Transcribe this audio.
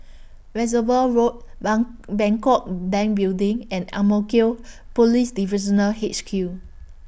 Reservoir Road Bang Bangkok Bank Building and Ang Mo Kio Police Divisional H Q